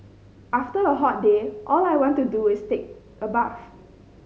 after a hot day all I want to do is take a bath